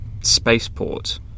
spaceport